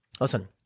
Listen